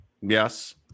Yes